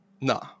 No